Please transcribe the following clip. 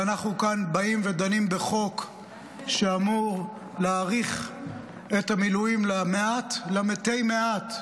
ואנחנו כאן באים ודנים בחוק שאמור להאריך את המילואים למתי מעט,